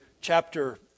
chapter